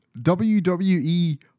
WWE